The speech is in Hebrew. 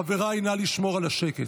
חבריי, נא לשמור על השקט.